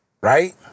right